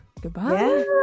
Goodbye